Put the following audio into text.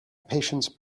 patients